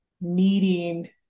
needing